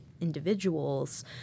individuals